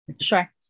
Sure